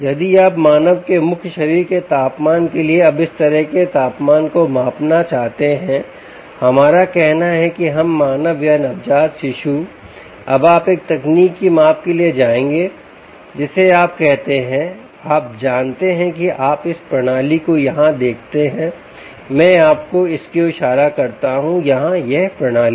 यदि आप मानव के मुख्य शरीर के तापमान के लिए अब इस तरह के तापमान को मापना चाहते हैं हमारा कहना है कि हम मानव या नवजात शिशु अब आप एक तकनीक की माप के लिए जाएंगे जिसे आप कहते हैं आप जानते हैं कि आप इस प्रणाली को यहाँ देखते हैं मैं आपको इसकी ओर इशारा करता हूँ यहाँ यह प्रणाली